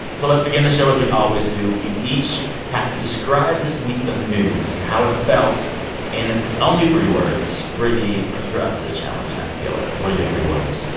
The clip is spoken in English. so let's begin the show as we always do. we each have to describe this week of news and how it felt in only three words. brittany, you're up to this challenge. i feel it. what are your three words?